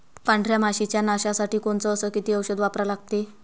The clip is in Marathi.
पांढऱ्या माशी च्या नाशा साठी कोनचं अस किती औषध वापरा लागते?